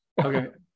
okay